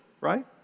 right